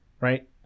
right